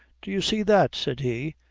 do you see that, said he,